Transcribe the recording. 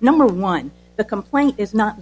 number one the complaint is not